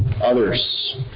others